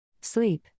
Sleep